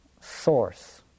source